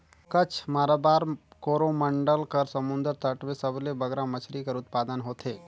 कच्छ, माराबार, कोरोमंडल कर समुंदर तट में सबले बगरा मछरी कर उत्पादन होथे